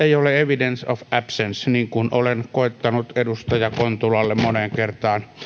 ei ole evidence of absence niin kuin olen koettanut edustaja kontulalle moneen kertaan